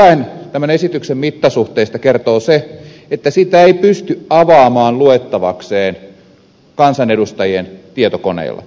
jotain tämän esityksen mittasuhteista kertoo se että sitä ei pysty avaamaan luettavakseen kansanedustajien tietokoneilla